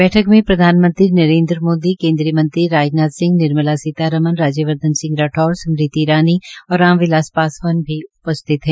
बैठक में प्रधानमंत्री नरेन्द्र मोदी केन्द्रीय मंत्री राजनाथ सिंह निर्मला सीतारमन राज्यवर्धन राठौड़ स्मृति इरानी और राम बिलास पासवान भी उपस्थित है